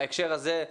בהקשר הזה,